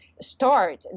Start